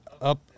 up